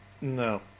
no